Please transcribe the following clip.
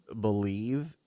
believe